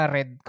Red